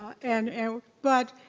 and and but,